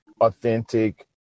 authentic